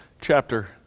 chapter